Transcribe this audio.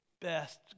best